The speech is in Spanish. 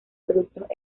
productos